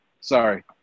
Sorry